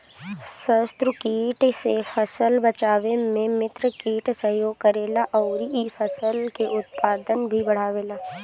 शत्रु कीट से फसल बचावे में मित्र कीट सहयोग करेला अउरी इ फसल के उत्पादन भी बढ़ावेला